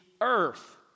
earth